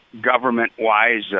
government-wise